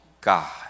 God